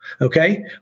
okay